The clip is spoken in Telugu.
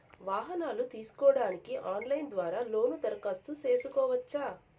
వాహనాలు తీసుకోడానికి ఆన్లైన్ ద్వారా లోను దరఖాస్తు సేసుకోవచ్చా?